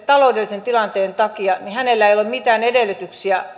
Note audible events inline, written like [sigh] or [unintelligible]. [unintelligible] taloudellisen tilanteen takia ihmisellä ei ole mitään edellytyksiä